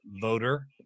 voter